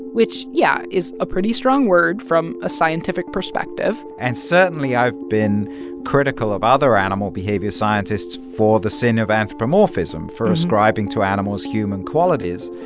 which, yeah, is a pretty strong word from a scientific perspective and certainly, i've been critical of other animal behavior scientists for the sin of anthropomorphism, for ascribing to animals human qualities.